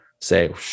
say